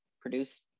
produce